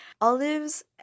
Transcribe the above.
olives